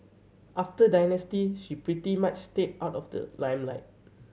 after Dynasty she pretty much stayed out of the limelight